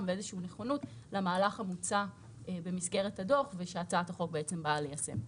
ונכונות למהלך המוצע במסגרת הדוח ושהצעת החוק באה ליישם.